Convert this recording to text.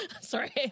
Sorry